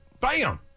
Bam